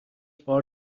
بار